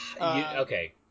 okay